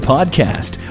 Podcast